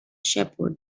shepherd